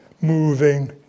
moving